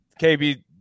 kb